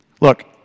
Look